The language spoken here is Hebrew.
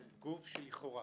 גוף שלכאורה,